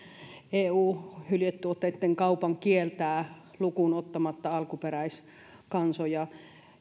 eu sen hyljetuotteitten kaupan kieltää lukuun ottamatta alkuperäiskansoja